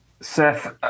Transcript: Seth